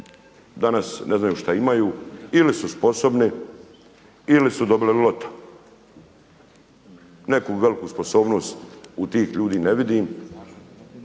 danas ne znaju šta imaju ili su sposobni, ili su dobili loto. Neku veliku sposobnost u tih ljudi ne vidim,